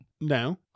No